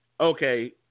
Okay